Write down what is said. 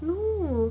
no